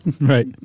Right